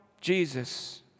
Jesus